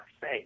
say